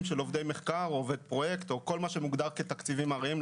של עובדי מחקר או עובד פרויקט או כל מה שמוגדר כתקציבים ארעיים,